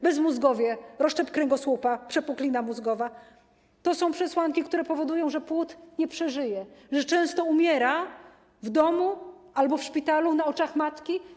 Bezmózgowie, rozszczep kręgosłupa, przepuklina mózgowa - to są przesłanki, które powodują, że płód nie przeżyje, że często umiera w domu albo w szpitalu na oczach matki.